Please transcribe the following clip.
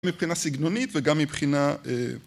מבחינה סגנונית וגם מבחינה